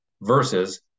versus